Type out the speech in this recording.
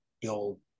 build